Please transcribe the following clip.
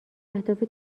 اهداف